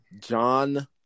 john